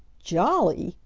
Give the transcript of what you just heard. jolly!